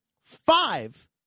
Five